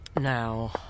Now